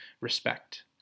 respect